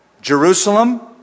Jerusalem